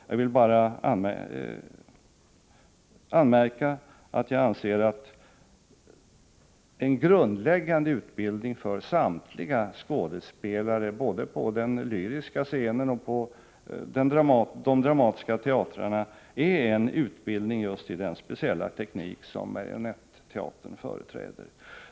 Jag vill bara anmärka att jag anser att utbildning i just den speciella teknik som Marionetteatern företräder borde vara en grundläggande utbildning för samtliga skådespelare, både på den lyriska scenen och på de dramatiska teatrarna.